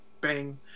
Bang